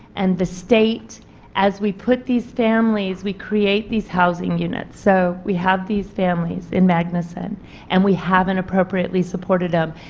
and the state as we put these families, we create these housing units, so we have these families in magnuson and we have not appropriately supported them.